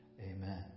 Amen